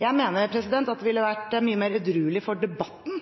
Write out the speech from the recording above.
Jeg mener at det ville vært mye mer edruelig for debatten